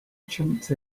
jumped